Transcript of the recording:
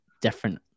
different